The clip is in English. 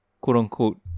quote-unquote